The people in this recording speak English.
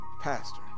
pastor